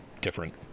different